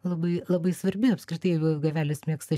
labai labai svarbi apskritai jeigu gavelis mėgsta